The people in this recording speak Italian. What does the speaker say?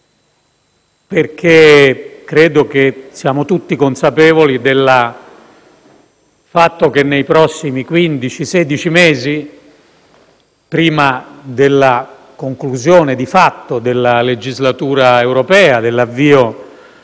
perché credo siamo tutti consapevoli del fatto che nei prossimi quindici o sedici mesi, prima della conclusione di fatto della legislatura europea e dell'avvio